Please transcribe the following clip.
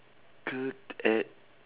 good at